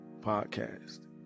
podcast